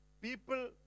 People